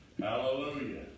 Hallelujah